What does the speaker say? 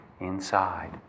inside